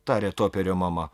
tarė toperio mama